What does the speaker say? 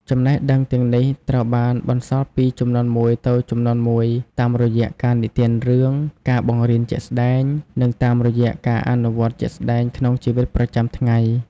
ចំណេះដឹងទាំងនេះត្រូវបានបន្សល់ពីជំនាន់មួយទៅជំនាន់មួយ តាមរយៈការនិទានរឿង ការបង្រៀនជាក់ស្តែង និងតាមរយៈការអនុវត្តជាក់ស្ដែងក្នុងជីវិតប្រចាំថ្ងៃ។